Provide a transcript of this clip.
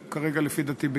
שלדעתי כרגע זה בידיו.